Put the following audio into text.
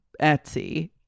Etsy